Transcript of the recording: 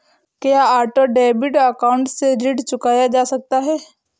क्या auto debit account से ऋण चुकाया जा सकता है?